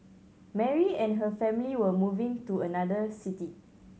Mary and her family were moving to another city